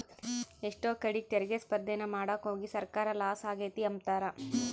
ಎಷ್ಟೋ ಕಡೀಗ್ ತೆರಿಗೆ ಸ್ಪರ್ದೇನ ಮಾಡಾಕೋಗಿ ಸರ್ಕಾರ ಲಾಸ ಆಗೆತೆ ಅಂಬ್ತಾರ